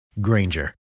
Granger